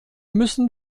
müssen